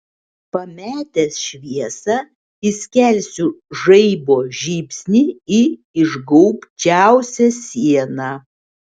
pametęs šviesą įskelsiu žaibo žybsnį į išgaubčiausią sieną